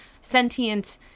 sentient